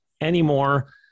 anymore